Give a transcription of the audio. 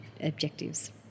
objectives